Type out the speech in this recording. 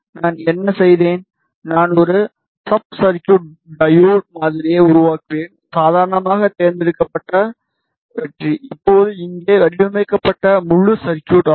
நான் என்ன செய்வேன் நான் ஒரு சப் சர்க்யூட் டையோடு மாதிரியை உருவாக்குவேன் சாதாரணமாக தேர்ந்தெடுக்கப்பட்ட வெற்றி இப்போது இங்கே வடிவமைக்கப்பட்ட முழு சர்க்யூட் ஆகும்